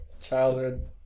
childhood